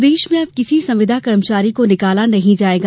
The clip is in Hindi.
प्रदेश में अब किसी संविदा कर्मचारी को निकाला नहीं जाएगा